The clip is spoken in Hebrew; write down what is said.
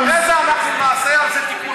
אז אחרי זה אנחנו נעשה על זה תיקון.